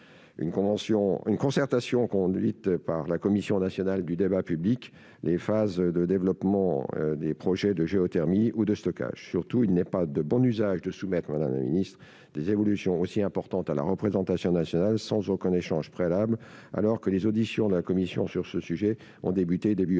une concertation conduite par la Commission nationale du débat public et des phases de développement des projets de géothermie ou de stockage. Surtout, il n'est pas de bon usage, madame la ministre, de soumettre des évolutions aussi importantes à la représentation nationale sans aucun échange préalable, alors que les auditions de la commission sur ce sujet ont débuté au début du